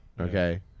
Okay